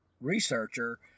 researcher